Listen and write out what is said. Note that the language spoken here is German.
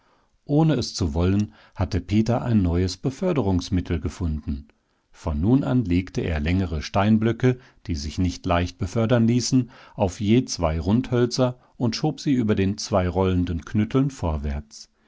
ohne es zu wollen hatte peter ein neues beförderungsmittel gefunden von nun an legte er längere steinblöcke die sich nicht leicht befördern ließen auf je zwei rundhölzer und schob sie über den zwei rollenden knütteln vorwärts